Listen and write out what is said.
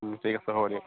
ঠিক আছে হ'ব দিয়ক